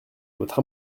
votre